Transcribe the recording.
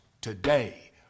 today